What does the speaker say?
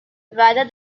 rather